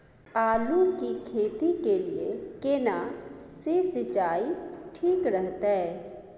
आलू की खेती के लिये केना सी सिंचाई ठीक रहतै?